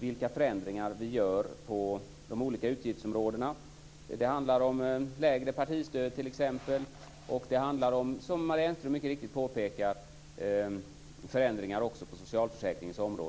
vilka förändringar som vi gör på de olika utgiftsområdena. Det handlar t.ex. om lägre partistöd, och det handlar, som Marie Engström mycket riktigt påpekade, om förändringar också på socialförsäkringsområdet.